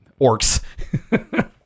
orcs